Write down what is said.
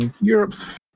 Europe's